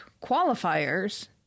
qualifiers